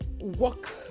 work